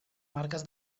marques